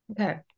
Okay